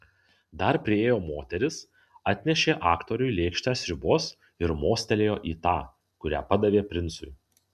dar priėjo moteris atnešė aktoriui lėkštę sriubos ir mostelėjo į tą kurią padavė princui